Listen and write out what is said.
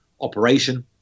operation